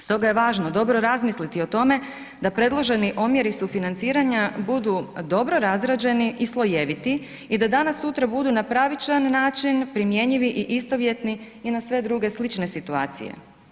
Stoga je važno dobro razmisliti o tome da predloženi omjeri sufinanciranja budu dobro razrađeni i slojeviti i da danas sutra budu na pravičan način primjenjivi i istovjetni … i na sve druge slične situacije.